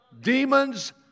demons